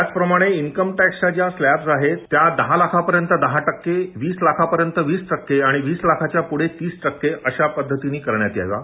त्याचप्रमाणे इब्कमटॅक्सच्या ज्या स्तॅब आहे त्या दहा लाखांपर्यंत दहा टव्क्े वीस लाखापर्यंत वीस टक्के आणि वीस लाखाच्या प्रढे तीस टक्के अशा पद्धतीने करण्यात याव्यात